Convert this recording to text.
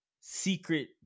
secret